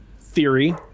theory